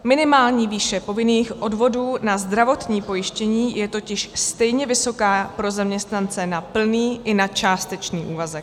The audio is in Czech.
Minimální výše povinných odvodů na zdravotní pojištění je totiž stejně vysoká pro zaměstnance na plný i na částečný úvazek.